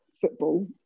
football